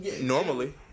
Normally